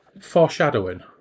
foreshadowing